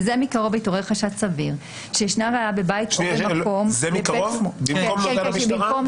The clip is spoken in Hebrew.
"זה מקרוב" בא במקום "בסמוך".